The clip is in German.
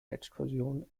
exkursion